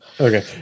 Okay